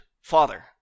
father